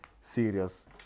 serious